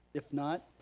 if not,